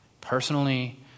personally